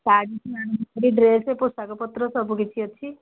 ଶାଢ଼ୀ dress ପୋଷାକପତ୍ର ସବୁ କିିଛି ଅଛି